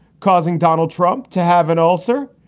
causing donald trump to have an ulcer.